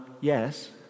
Yes